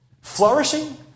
Flourishing